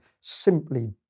simply